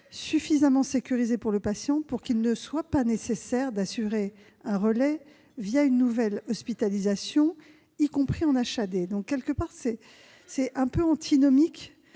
suffisamment sécurisé pour le patient, afin qu'il ne soit pas nécessaire d'assurer un relais une nouvelle hospitalisation, y compris en HAD. Ce que vous proposez est donc quelque peu antinomique